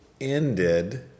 ended